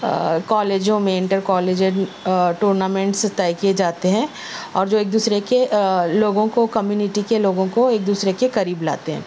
کالجوں میں inter collegiate tournaments طے کیے جاتے ہیں اور جو ایک دوسرے کے لوگوں کو کمیونٹی کے لوگوں کو ایک دوسرے کے قریب لاتے ہیں